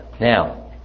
Now